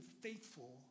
faithful